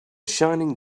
shining